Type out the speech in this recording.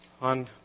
on